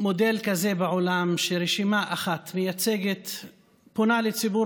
מודל כזה בעולם שרשימה אחת מייצגת פונה לציבור